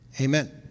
amen